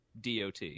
DOT